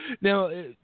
Now